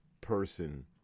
person